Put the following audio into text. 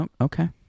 okay